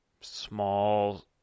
small